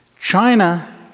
China